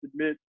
admit